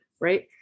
right